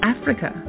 Africa